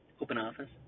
OpenOffice